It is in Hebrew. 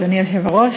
אדוני היושב-ראש,